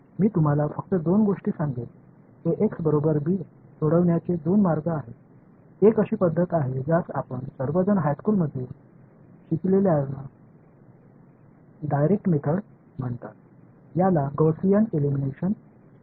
मी तुम्हाला फक्त दोन गोष्टी सांगेन ax बरोबर b सोडवण्याचे दोन मार्ग आहे एक अशी पद्धत आहे ज्यास आपण सर्वजण हायस्कूलमध्ये शिकलेल्याला डायरेक्ट मेथड म्हणतात याला गौसीय एलिमिनेशन म्हणतात